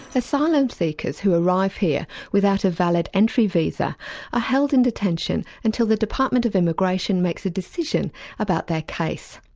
asylum seekers who arrive here without a valid entry visa are ah held in detention until the department of immigration makes a decision about their case.